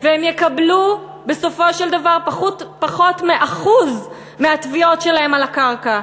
והם יקבלו בסופו של דבר פחות מ-1% מהתביעות שלהם על הקרקע.